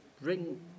bring